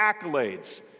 accolades